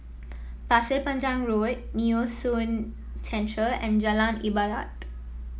Pasir Panjang Road Nee Soon Central and Jalan Ibadat